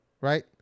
right